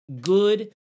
good